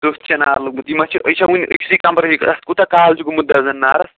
تٔتھۍ چھا نار لوٚگمُت یہِ ما چھِ یہِ چھا وُنہِ أکۍسٕے کَمرَس اَتھ کوٗتاہ کال چھُ گوٚمُت دَزَن نارَس